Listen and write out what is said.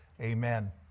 Amen